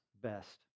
best